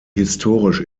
historisch